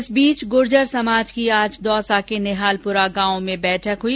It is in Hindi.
इस बीच गुर्जर समाज की आज दौसा के निहालपुरा गांव में बैठक हुई